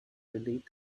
relate